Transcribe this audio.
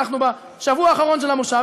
אנחנו בשבוע האחרון של המושב,